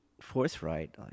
forthright